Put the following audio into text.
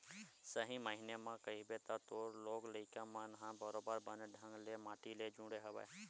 सही मायने म कहिबे त तोर लोग लइका मन ह बरोबर बने ढंग ले माटी ले जुड़े हवय